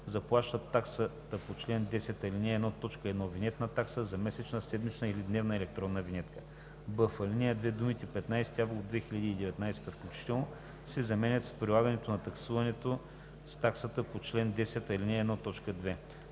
заплащат таксата по чл. 10, ал. 1, т. 1 – винетна такса за месечна, седмична или дневна електронна винетка.“; б) в ал. 2 думите „15 август 2019 г. включително“ се заменят с „прилагането на таксуването с таксата по чл. 10, ал.